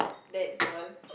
that's all